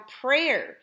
prayer